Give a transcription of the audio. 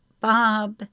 Bob